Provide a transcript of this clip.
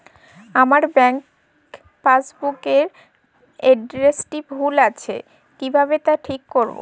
আমার bank passbook এর এড্রেসটি ভুল আছে কিভাবে তা ঠিক করবো?